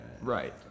Right